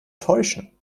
täuschen